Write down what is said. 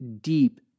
deep